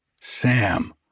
Sam